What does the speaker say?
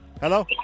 hello